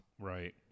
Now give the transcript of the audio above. Right